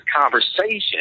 conversation